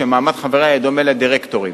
שמעמד חבריה יהיה דומה לדירקטורים.